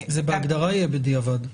זה בהגדרה יהיה בדיעבד,